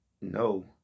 no